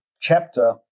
chapter